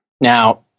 Now